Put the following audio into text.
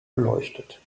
beleuchtet